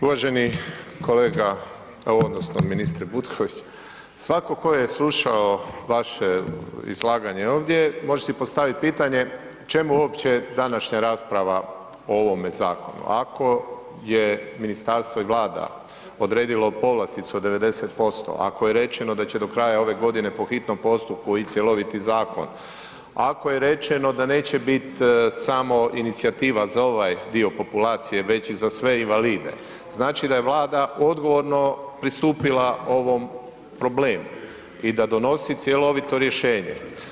Uvaženi kolega odnosno ministre Butković svako ko je slušao vaše izlaganje ovdje može si postaviti pitanje čemu uopće današnja rasprava o ovome zakonu, ako je ministarstvo i vlada odredilo povlasticu od 90%, ako je rečeno da će do kraja ove godine po hitnom postupku ići cjeloviti zakon, ako je rečeno da neće biti samo inicijativa za ovaj dio populacije već i za sve invalide, znači da je Vlada odgovorno pristupila ovom problemu i da donosi cjelovito rješenje.